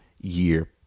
year